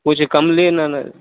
कुछ कम लेना न